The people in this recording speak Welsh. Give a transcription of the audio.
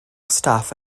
staff